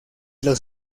los